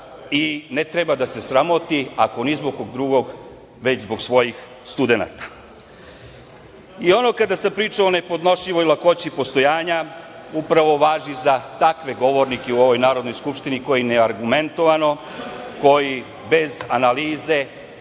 i ne treba da se sramoti ako ni zbog kog drugog već zbog svojih studenata. Ono kada sam pričao o nepodnošljivoj lakoći postojanja upravo važi za takve govornike u ovoj Narodnoj skupštini koji neargumentovano, koji bez analize